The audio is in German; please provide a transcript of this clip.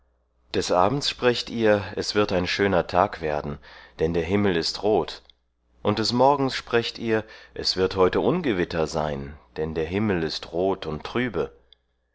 des abends sprecht ihr es wird ein schöner tag werden denn der himmel ist rot und des morgens sprecht ihr es wird heute ungewitter sein denn der himmel ist rot und trübe